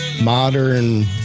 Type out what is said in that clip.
modern